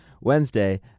Wednesday